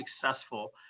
successful